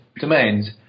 domains